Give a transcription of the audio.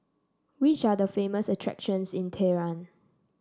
which are the famous attractions in Tehran